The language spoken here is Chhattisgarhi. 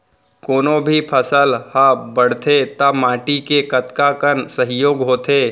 कोनो भी फसल हा बड़थे ता माटी के कतका कन सहयोग होथे?